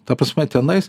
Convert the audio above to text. ta prasme tenais